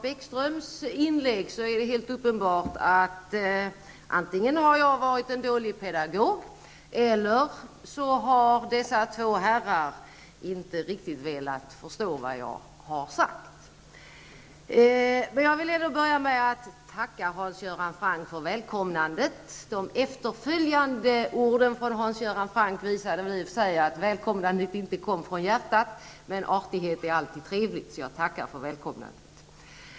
Bäckströms inlägg är det helt uppenbart att jag antingen har varit en dålig pedagog eller också har dessa två herrar inte riktigt velat förstå det som jag har sagt. Jag vill ändå börja med att tacka Hans Göran Franck för välkomnandet. I och för sig visade Hans Göran Francks efterföljande ord att välkomnandet inte kom från hjärtat, men artighet är alltid trevligt, så jag tackar för välkomnandet.